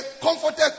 comforted